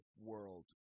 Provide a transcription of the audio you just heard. world